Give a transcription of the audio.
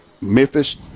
Memphis